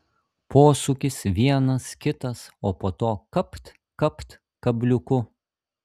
posūkis vienas kitas o po to kapt kapt kabliuku